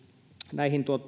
näihin